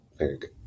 Okay